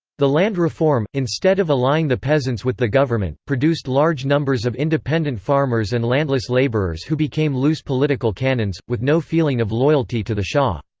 the land reform, instead of allying the peasants with the government, produced large numbers of independent farmers and landless laborers who became loose political cannons, with no feeling of loyalty to the shah.